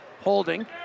holding